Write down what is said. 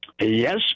Yes